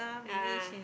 a'ah